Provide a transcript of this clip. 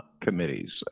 committees